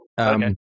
Okay